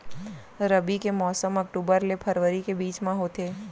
रबी के मौसम अक्टूबर ले फरवरी के बीच मा होथे